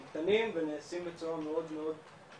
הם קטנים והם נעשים בצורה מאוד מזערית